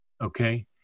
okay